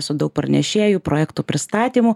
su daug pranešėjų projektų pristatymu